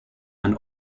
and